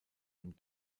dem